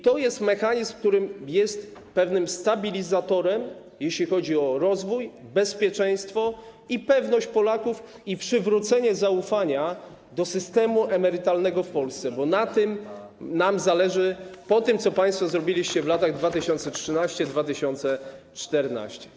To jest mechanizm, który jest pewnym stabilizatorem, jeśli chodzi o rozwój, bezpieczeństwo i pewność Polaków, o przywrócenie zaufania do systemu emerytalnego w Polsce, bo zależy nam na tym po tym, co państwo robiliście w latach 2013 i 2014.